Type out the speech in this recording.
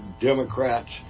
Democrats